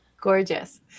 Gorgeous